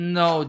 no